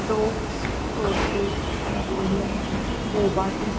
Dobbs टोर्टेज Napoleon boba tea